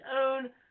own